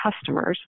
customers